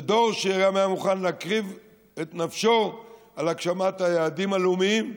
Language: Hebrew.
זה דור שהיה מוכן להקריב את נפשו על הגשמת היעדים הלאומיים,